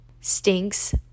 stinks